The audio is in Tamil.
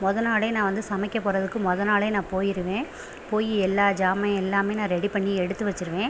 மொதல் நாளே நான் வந்து சமைக்க போறதுக்கு மொதல் நாளே நான் போயிருவேன் போய் எல்லா ஜாமான் எல்லாமே நான் ரெடி பண்ணி எடுத்து வச்சுருவேன்